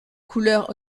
couleurs